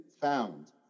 found